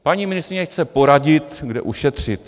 Paní ministryně chce poradit, kde ušetřit.